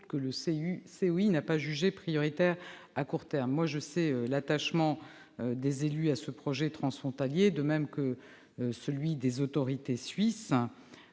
que le COI n'a pas jugé prioritaire à court terme. Je sais l'attachement des élus à ce projet transfrontalier, de même que celui des autorités suisses.